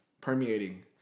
permeating